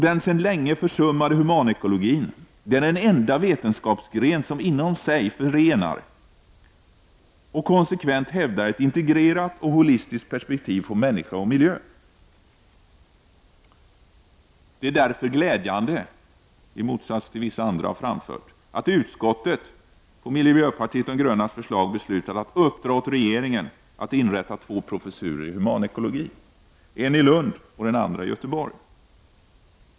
Den sedan länge försummade humanekologin är den enda vetenskapsgrenen som inom sig förenar och konsekvent hävdar ett integrerat och holistiskt perspektiv på människa och miljö. Det är därför glädjande — i motsats till vad vissa andra har framfört — att utskottet på miljöpartiet de grönas förslag beslutat att uppdra åt regeringen att inrätta två professurer i humanekologi, en i Lund och den andra i Göteborg.